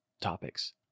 topics